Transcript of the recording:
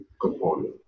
component